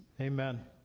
Amen